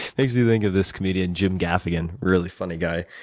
makes me think of this comedian, jim gaffigan, really funny guy.